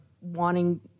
wanting